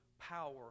power